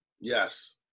Yes